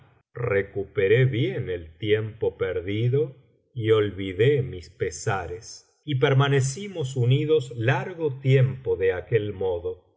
recuperé bien el tiempo perdido y olvidé mis pesares y permanecimos unidos largo tiempo de aquel modo